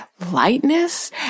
lightness